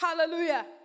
Hallelujah